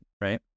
right